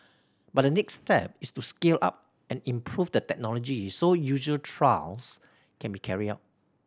but the next step is to scale up and improve the technology so user trials can be carried out